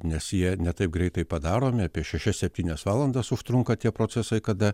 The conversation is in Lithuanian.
nes jie ne taip greitai padaromi apie šešias septynias valandas užtrunka tie procesai kada